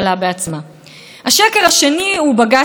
חשוב שהממשלה תמשול, זה התפקיד שלה.